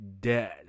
dead